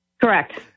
Correct